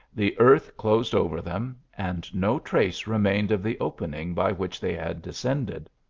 the earth closed over them, and no trace remained of the opening by which they had descended.